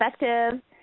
effective